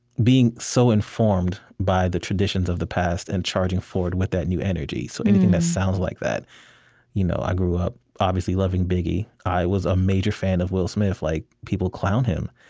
being so informed by the traditions of the past and charging forward with that new energy. so anything that sounds like that you know i grew up, obviously, loving biggie. i was a major fan of will smith. like people clown him,